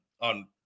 on